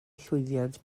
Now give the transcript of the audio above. llwyddiant